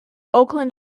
oakland